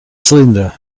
cylinder